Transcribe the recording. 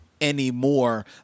anymore